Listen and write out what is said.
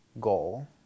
goal